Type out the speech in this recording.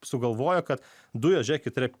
sugalvojo kad dujos žiūrėkit yra